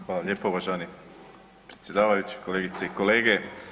Hvala lijepo uvaženi predsjedavajući, kolegice i kolege.